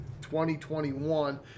2021